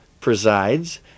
presides